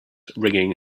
ringing